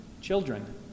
children